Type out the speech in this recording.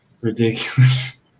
ridiculous